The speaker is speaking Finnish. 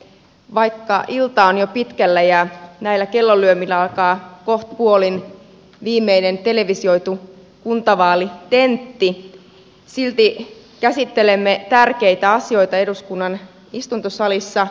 vaikka ilta on jo pitkällä ja näillä kellonlyömillä alkaa kohtapuoliin viimeinen televisioitu kuntavaalitentti käsittelemme tärkeitä asioita eduskunnan istuntosalissa